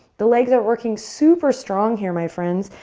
the legs are working super strong her my friends.